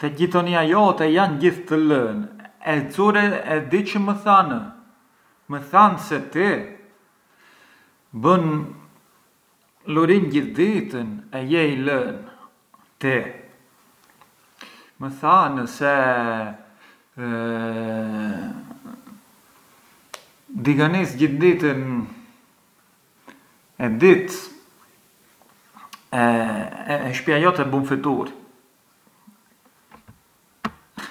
Te gjitonia jote jan gjithë të lënë, e xure… e di çë më thanë? Më thanë se ti bën… lurin gjith ditën e je i lën, ti, më thanë se diganis gjithë ditën e ditës e shpia jote bun fitur.